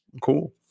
Cool